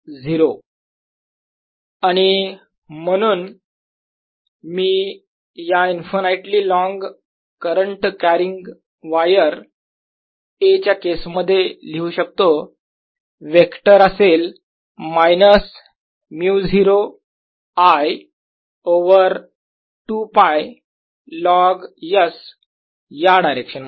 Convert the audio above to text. A।As∂z Az∂s0I2πs As0 Az 02πln s A0 आणि म्हणून मी या infinitely long current carrying wire A च्या केस मध्ये लिहू शकतो वेक्टर असेल minus μ0 I over 2 π log s या डायरेक्शन मध्ये